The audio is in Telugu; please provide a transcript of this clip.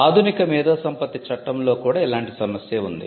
ఆధునిక మేధో సంపత్తి చట్టంలో కూడా ఇలాంటి సమస్యే ఉంది